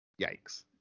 Yikes